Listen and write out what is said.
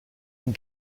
une